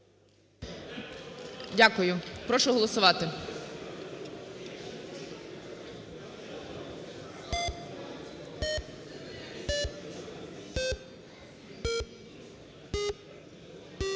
Дякую. Прошу голосувати.